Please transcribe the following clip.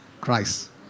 Christ